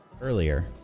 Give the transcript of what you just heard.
earlier